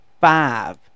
five